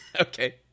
Okay